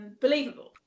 believable